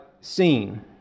seen